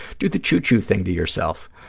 do the chew-chew thing to yourself.